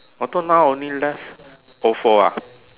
I thought now only left Ofo ah